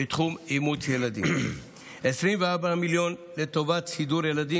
בתחום אימוץ הילדים: 24 מיליון לטובת סידור ילדים,